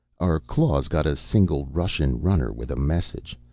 our claws got a single russian runner with a message.